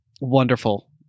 wonderful